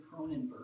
Cronenberg